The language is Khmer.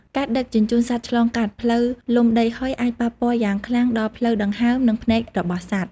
ការដឹកជញ្ជូនសត្វឆ្លងកាត់ ផ្លូវលំដីហុយ អាចប៉ះពាល់យ៉ាងខ្លាំងដល់ផ្លូវដង្ហើម និងភ្នែករបស់សត្វ។